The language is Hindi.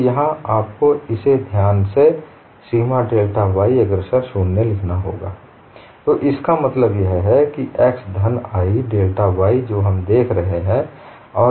तो यहाँ आपको इसे ध्यान से सीमा डेल्टा y अग्रसर 0 लिखना होगा तो इसका मतलब है कि x धन i डेल्टा y जो हम देख रहे हैं